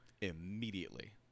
Immediately